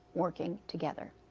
working together.